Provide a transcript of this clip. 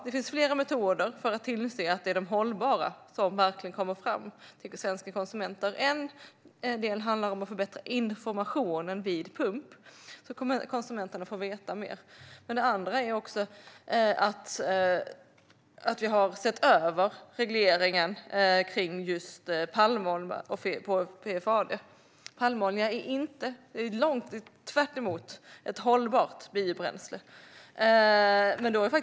Det finns flera metoder för att tillse att det är de hållbara bränslena som kommer fram till svenska konsumenter. En del handlar om att förbättra informationen vid pump så att konsumenterna får veta mer. En annan del är att vi har sett över regleringen när det gäller palmolja och PFAD. Palmolja är motsatsen till ett hållbart biobränsle.